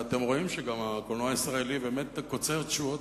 ואתם רואים גם שהקולנוע הישראלי באמת קוצר תשואות